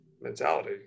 mentality